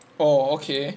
oh okay